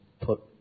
put